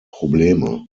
probleme